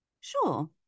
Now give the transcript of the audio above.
sure